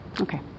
Okay